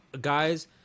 guys